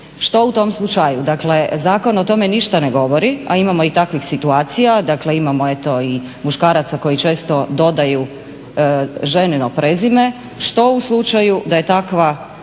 Što u tom slučaju, dakle zakon o tome ništa ne govori a imamo i takvih situacija. Dakle, imamo eto i muškaraca koji često dodaju ženino prezime. Što u slučaju da je takva